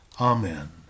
amen